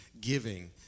giving